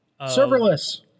Serverless